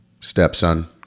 stepson